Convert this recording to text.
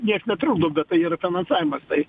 nieks netrukdo tai yra finansavimas tai